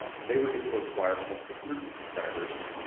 they were able to acquire almost six hundred new subscribers,